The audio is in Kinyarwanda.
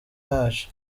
yacu